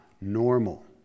normal